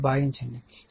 కాబట్టి ω2 ω1 ω0 ω0CR